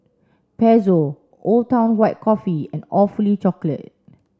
Pezzo Old Town White Coffee and Awfully Chocolate